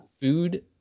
food